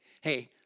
Hey